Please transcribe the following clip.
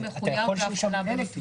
אבל אתה יכול שיהיו שם גם 1,000 איש.